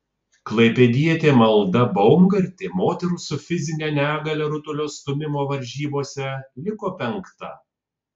klaipėdietė malda baumgartė moterų su fizine negalia rutulio stūmimo varžybose liko penkta